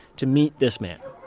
to meet this man.